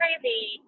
crazy